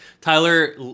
tyler